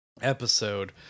Episode